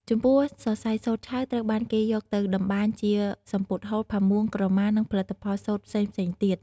ចំពោះសរសៃសូត្រឆៅត្រូវបានគេយកទៅតម្បាញជាសំពត់ហូល ផាមួង ក្រមា និងផលិតផលសូត្រផ្សេងៗទៀត។